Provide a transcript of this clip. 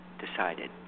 decided